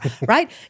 Right